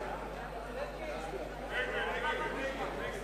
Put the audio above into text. מי נמנע?